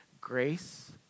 Grace